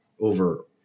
over